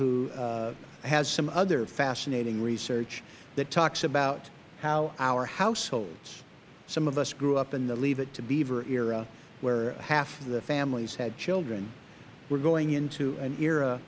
who has some other fascinating research that talks about how our households and some of us great up in the leave it to beaver era where half the families had children we are going into an era